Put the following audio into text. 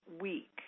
week